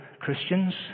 Christians